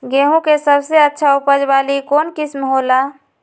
गेंहू के सबसे अच्छा उपज वाली कौन किस्म हो ला?